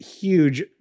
huge